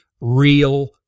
real